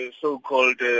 so-called